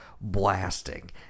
blasting